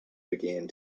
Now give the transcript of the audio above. began